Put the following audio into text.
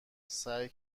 سعی